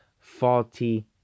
faulty